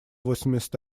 восемьдесят